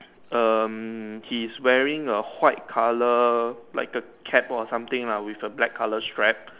um his wearing a white colour like a cap or something lah with the black colour strap